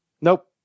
Nope